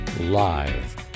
live